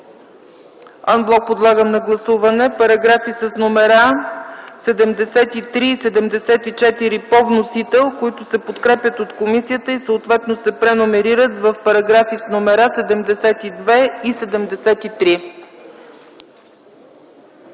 Ан блок поставям на гласуване параграфи 73 и 74 по вносител, които се подкрепят от комисията и съответно се преномерират в параграфи с номера 72 и 73.